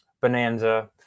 bonanza